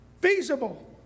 feasible